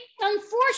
unfortunately